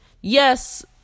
yes